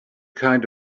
kind